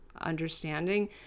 understanding